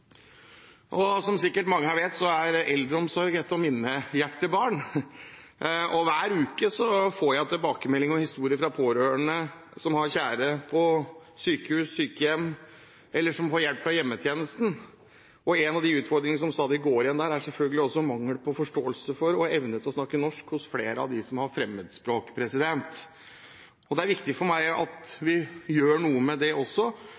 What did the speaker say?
Som sikkert mange her vet, er eldreomsorg et av mine hjertebarn. Hver uke får jeg tilbakemeldinger og historier fra pårørende som har sine kjære på sykehus, sykehjem eller hjemme med hjelp fra hjemmetjenesten. En av de utfordringene som stadig går igjen, er manglende evne til å forstå og snakke norsk hos flere av dem som har et fremmed språk. Det er viktig for meg at vi gjør noe med det også,